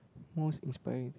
most inspiring